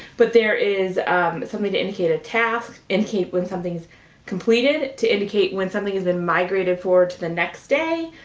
but there is something to indicate a task, indicate when something is completed, to indicate when something has been migrated forward to the next day,